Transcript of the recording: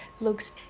looks